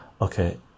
okay